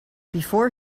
before